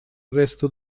resto